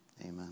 amen